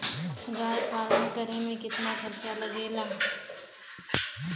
गाय पालन करे में कितना खर्चा लगेला?